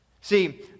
See